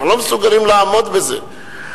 אנחנו לא מסוגלים לעמוד בזה.